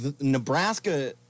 Nebraska –